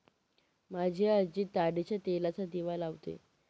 माझी आजी ताडीच्या तेलाचा दिवा लावते